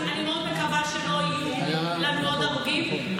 אני מאוד מקווה שלא יהיו לנו עוד הרוגים,